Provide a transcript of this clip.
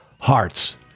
hearts